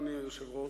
אדוני היושב-ראש,